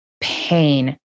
pain